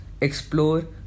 explore